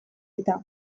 eta